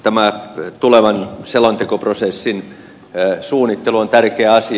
tämä tulevan selontekoprosessin suunnittelu on tärkeä asia